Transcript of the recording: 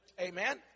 Amen